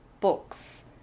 books